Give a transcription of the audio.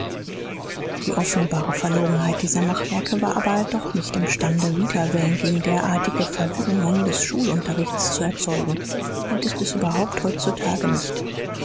die offenbare verlogenheit dieser machwerke war aber doch nicht imstande widerwillen gegen derartige verwirrungen des schulunterrichts zu erzeugen und ist es überhaupt heutzutage nicht